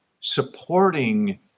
supporting